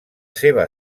seva